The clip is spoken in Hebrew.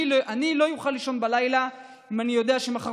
אני לא אוכל לישון בלילה אם אני אדע שמחר